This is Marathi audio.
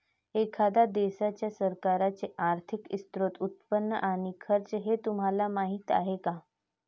एखाद्या देशाच्या सरकारचे आर्थिक स्त्रोत, उत्पन्न आणि खर्च हे तुम्हाला माहीत आहे का